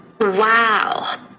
Wow